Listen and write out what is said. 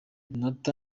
donat